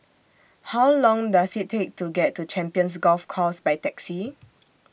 How Long Does IT Take to get to Champions Golf Course By Taxi